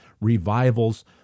revivals